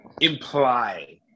imply